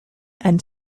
and